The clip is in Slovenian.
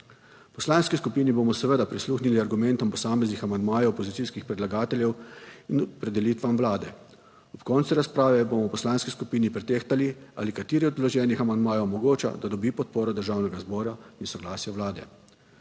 Poslanski skupini bomo seveda prisluhnili argumentom posameznih amandmajev opozicijskih predlagateljev in opredelitvam Vlade. Ob koncu razprave bomo v poslanski skupini pretehtali, ali kateri od vloženih amandmajev omogoča, da dobi podporo Državnega zbora in soglasje Vlade.